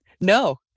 No